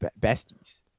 Besties